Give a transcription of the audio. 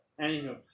Anywho